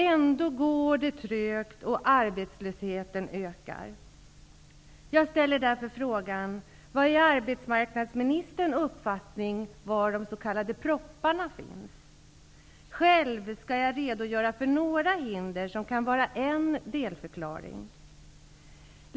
Ändå går det trögt, och arbetslösheten ökar. Jag ställer därför frågan: Vad är arbetsmarknadsministerns uppfattning om var de s.k. propparna finns? Själv tänker jag redogöra för några hinder, som kan vara en delförklaring.